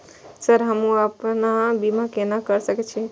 Sir हमू अपना बीमा केना कर सके छी?